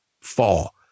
fall